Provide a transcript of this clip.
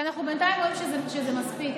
בינתיים אנחנו רואים שזה מספיק.